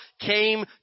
came